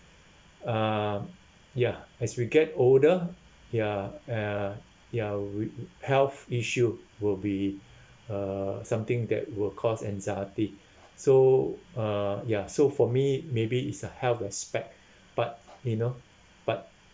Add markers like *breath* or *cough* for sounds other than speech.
um ya as we get older ya uh ya we health issue will be *breath* uh something that will cause anxiety *breath* so uh ya so for me maybe it's a health aspect *breath* but you know but